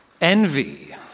Envy